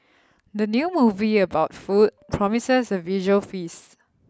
the new movie about food promises a visual feast